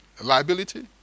liability